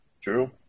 True